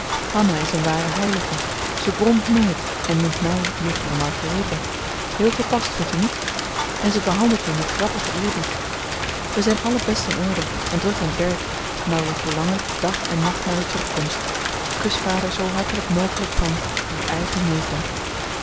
hanna is een ware heilige ze bromt nooit en noemt mij juffrouw margaretha heel gepast vindt u niet en ze behandelt me met grappigen eerbied we zijn allen best in orde en druk aan t werk maar we verlangen dag en nacht naar uw terugkomst kus vader zoo hartelijk mogelijk van uw eigen meta